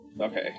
Okay